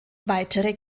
weitere